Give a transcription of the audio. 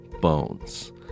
bones